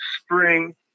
spring